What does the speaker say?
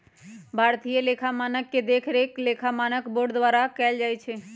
भारतीय लेखा मानक के देखरेख लेखा मानक बोर्ड द्वारा कएल जाइ छइ